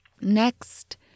Next